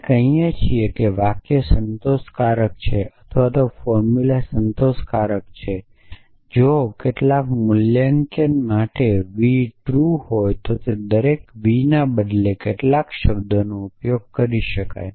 આપણે કહીએ છીએ કે વાક્ય સંતોષકારક છે અથવા ફોર્મુલા સંતોષકારક છે જો કેટલાક મૂલ્યાંકન માટે v ટ્રૂ હોય તો તે દરેક v ના બદલે કેટલાક શબ્દોનો ઉપયોગ કરી શકાય